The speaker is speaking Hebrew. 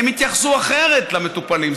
הם יתייחסו אחרת למטופלים,